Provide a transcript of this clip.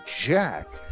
jack